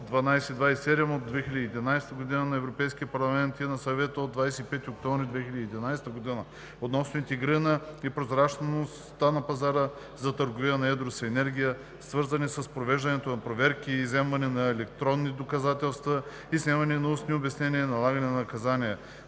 провеждане на проверки, изземване на електронни доказателства и снемане на устни обяснения и налагане на наказания,